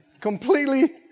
Completely